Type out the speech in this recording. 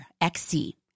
XC